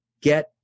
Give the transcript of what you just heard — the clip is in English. get